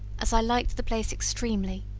as i liked the place extremely,